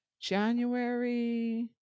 January